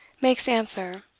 makes answer,